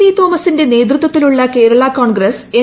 C തോമസിന്റെ നേതൃതിത്തിലുള്ള Kerala Congress N